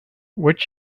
would